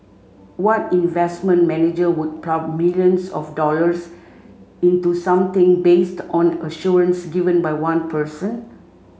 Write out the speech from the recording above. what investment manager would plough millions of dollars into something based on assurance given by one person